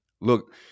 Look